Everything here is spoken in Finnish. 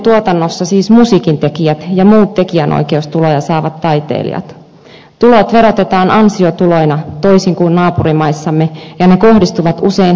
kulttuurintuotannossa siis musiikintekijät ja muut tekijänoikeustuloja saavat taiteilijat tulot verotetaan ansiotuloina toisin kuin naapurimaissamme ja ne kohdistuvat usein huippuvuosille